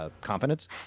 confidence